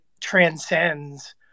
transcends